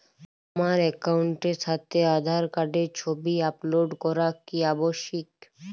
আমার অ্যাকাউন্টের সাথে আধার কার্ডের ছবি আপলোড করা কি আবশ্যিক?